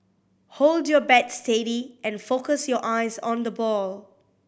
hold your bat steady and focus your eyes on the ball